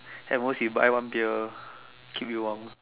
at most you buy one beer keep you warm